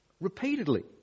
repeatedly